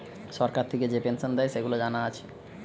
সরকার থিকে যে পেনসন দেয়, সেগুলা জানা আছে